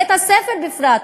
בית-הספר בפרט,